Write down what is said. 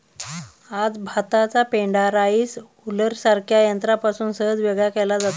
आज भाताचा पेंढा राईस हुलरसारख्या यंत्रापासून सहज वेगळा केला जातो